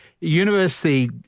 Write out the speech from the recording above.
university